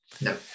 No